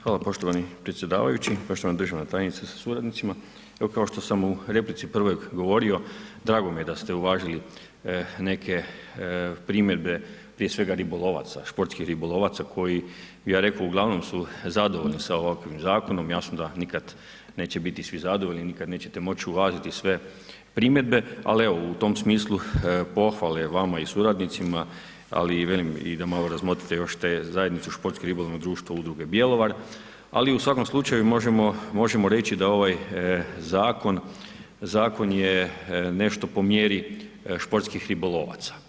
Hvala poštovani predsjedavajući, poštovana državna tajnice sa suradnicima, evo kao što sam u replici prvoj govorio drago mi je da ste uvažili neke primjedbe prije svega ribolovaca, športskih ribolovaca koji bi ja reko u glavnom su zadovoljni sa ovakvim zakonom, jasno da nikad neće biti svi zadovoljni, nikad nećete moći uvažiti sve primjedbe, ali evo u tom smislu pohvale vama i suradnicima, ali i velim i da malo razmotrite još te Zajednicu športski ribolovnog društva Udruge Bjelovar, ali u svakom slučaju možemo, možemo reći da ovaj zakon, zakon je nešto po mjeri športskih ribolovaca.